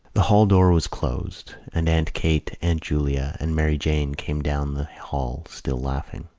the hall-door was closed and aunt kate, aunt julia and mary jane came down the hall, still laughing.